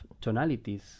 tonalities